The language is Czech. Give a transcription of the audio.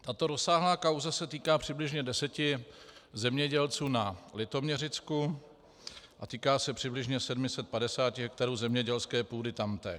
Tato rozsáhlá kauza se týká přibližně deseti zemědělců na Litoměřicku a týká se přibližně 750 hektarů zemědělské půdy tamtéž.